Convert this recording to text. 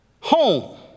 home